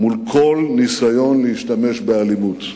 מול כל ניסיון להשתמש באלימות.